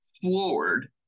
floored